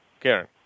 Karen